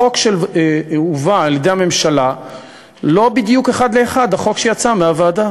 החוק שהובא על-ידי הממשלה הוא לא בדיוק אחד לאחד החוק שיצא מהוועדה,